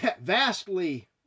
vastly